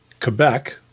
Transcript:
Quebec